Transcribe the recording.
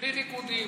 בלי ריקודים,